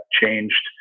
changed